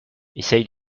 essaie